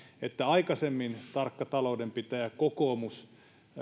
että aikaisemmin tarkka taloudenpitäjä kokoomus